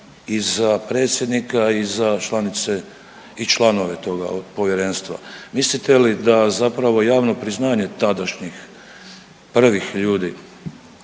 i za predsjednika i za članice i članove toga povjerenstva. Mislite li da zapravo javno priznanje tadašnjih prvih ljudi